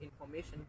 information